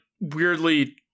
weirdly